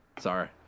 Sorry